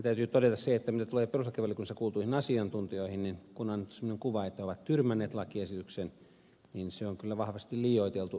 täytyy todeta se mitä tulee perustuslakivaliokunnassa kuultuihin asiantuntijoihin niin kun on annettu semmoinen kuva että he ovat tyrmänneet lakiesityksen niin se on kyllä vahvasti liioiteltu